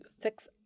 fix